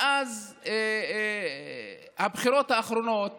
מאז הבחירות האחרונות